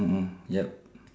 mm yup